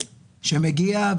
שמגיע,